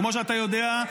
כמו שאתה יודע,